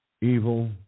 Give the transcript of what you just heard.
evil